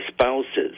spouses